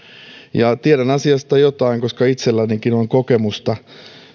tiedän asiasta jotain koska itsellänikin on kokemusta